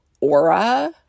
Aura